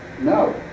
No